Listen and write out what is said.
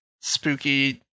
spooky